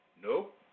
Nope